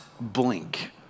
blink